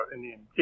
Indian